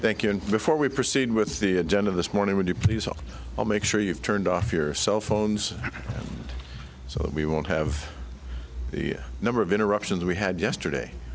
thank you and before we proceed with the agenda this morning would you please make sure you've turned off your cell phones so that we won't have the number of interruptions we had yesterday